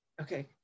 okay